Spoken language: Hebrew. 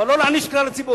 אבל לא להעניש את כלל הציבור.